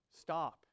Stop